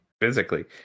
physically